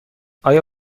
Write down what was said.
آیا